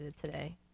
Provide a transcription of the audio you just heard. today